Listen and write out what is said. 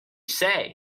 say